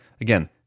Again